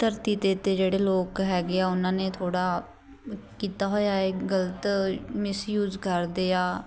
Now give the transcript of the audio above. ਧਰਤੀ ਦੇ ਉੱਤੇ ਜਿਹੜੇ ਲੋਕ ਹੈਗੇ ਆ ਉਹਨਾਂ ਨੇ ਥੋੜ੍ਹਾ ਕੀਤਾ ਹੋਇਆ ਇੱਕ ਗਲਤ ਮਿਸਯੂਜ ਕਰਦੇ ਆ